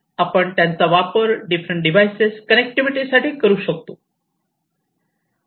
आपण त्यांचा वापर डिफरंट डिव्हाइसेस कनेक्टिविटी साठी करू शकतो